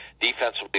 defensively